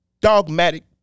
dogmatic